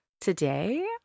today